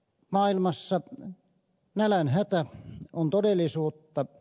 maailmassa nälänhätä on todellisuutta